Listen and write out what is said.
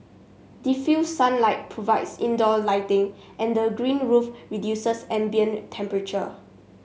diffused sunlight provides indoor lighting and the green roof reduces ambient temperature